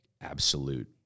absolute